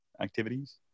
activities